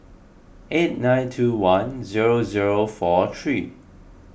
eight nine two one zero zero four three